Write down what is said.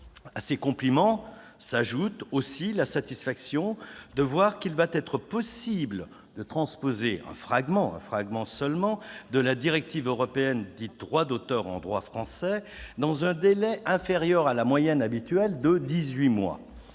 À ces compliments s'ajoute la satisfaction de voir qu'il va être possible de transposer en droit français un fragment, seulement, de la directive européenne dite « droit d'auteur » dans un délai inférieur à la moyenne habituelle des